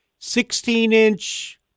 16-inch